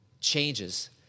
changes